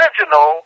original